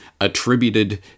attributed